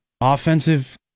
offensive